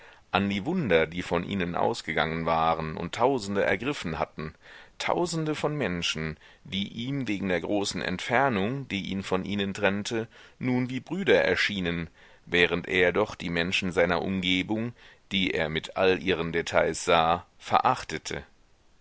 an die wunder die von ihnen ausgegangen waren und tausende ergriffen hatten tausende von menschen die ihm wegen der großen entfernung die ihn von ihnen trennte nun wie brüder erschienen während er doch die menschen seiner umgebung die er mit allen ihren details sah verachtete